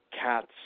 cat's